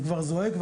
זה כבר זועק,